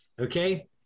okay